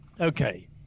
okay